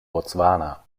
botswana